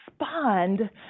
respond